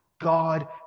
God